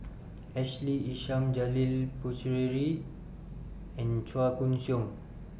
Ashley Isham Janil Puthucheary and Chua Koon Siong